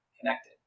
connected